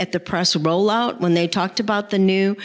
at the press roll out when they talked about the new